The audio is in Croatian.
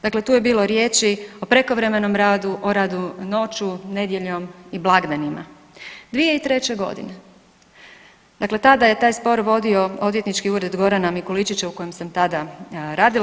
Dakle, tu je bilo riječi o prekovremenom radu, o radu noću, nedjeljom i blagdanima, 2003.g., dakle tada je taj spor vodio Odvjetnički ured Gorana Mikuličića u kojem sam tada radila.